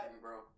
bro